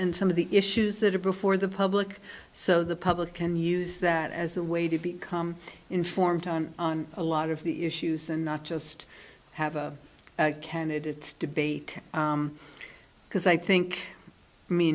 and some of the issues that are before the public so the public can use that as a way to become informed on a lot of the issues and not just have a candidates debate because i think